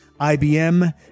IBM